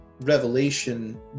revelation